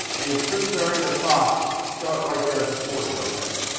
and true variable costs starts right there at the corner, don't they?